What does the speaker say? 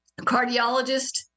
cardiologist